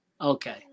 Okay